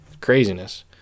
craziness